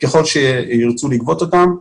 ככל שירצו לגבות אותם,